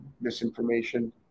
misinformation